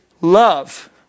love